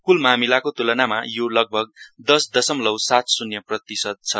कूल मामिलाको तुलनामा यो लगभग दस दसमलौ सात शुन्य प्रतिशत छ